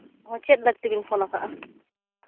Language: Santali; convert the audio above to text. ᱪᱮᱫ ᱞᱟᱹᱠᱛᱤ ᱵᱮᱱ ᱯᱷᱳᱱ ᱠᱟᱜᱼᱟ